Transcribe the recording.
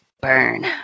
Burn